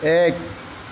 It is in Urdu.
ایک